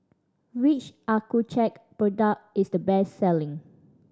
which Accucheck product is the best selling